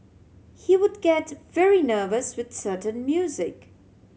he would get very nervous with certain music